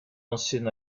ancienne